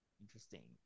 Interesting